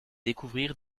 découvrir